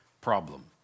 problem